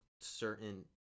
certain